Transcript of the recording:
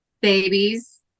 babies